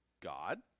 God